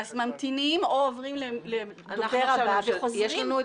אז ממתינים או עוברים לדובר הבא וחוזרים.